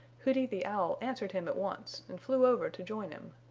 hooty the owl answered him at once and flew over to join him.